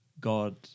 God